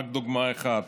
רק דוגמה אחת: